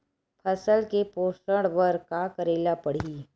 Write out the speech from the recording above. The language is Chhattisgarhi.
फसल के पोषण बर का करेला पढ़ही?